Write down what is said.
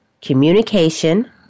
communication